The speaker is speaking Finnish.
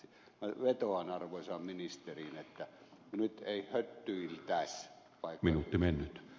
minä vetoan arvoisaan ministeriin että nyt ei höttyiltäs